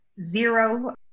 zero